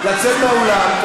לצאת מהאולם.